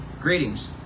greetings